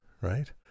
right